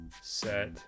set